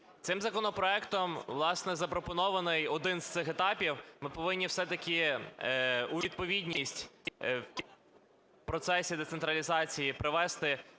Цим законопроектом, власне, запропонований один з цих етапів. Ми повинні все-таки у відповідність процесів децентралізації привести